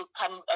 come